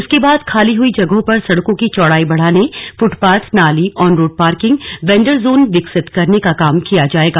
इसके बाद खाली हुई जगहों पर सड़कों की चौड़ाई बढ़ाने फ्टपाथ नाली ऑनरोड पार्किंग वेंडर जोन विकसित करने का काम किया जाएगा